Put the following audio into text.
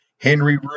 Henry